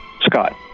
Scott